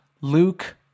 Luke